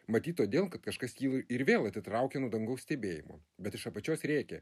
matyt todėl kad kažkas jį ir vėl atitraukė nuo dangaus stebėjimo bet iš apačios rėkė